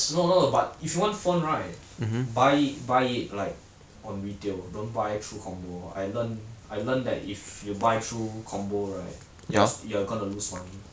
no no but if you want phone right buy buy it like on retail don't buy through combo I learn I learn that if you buy through combo right you're you're going to lose money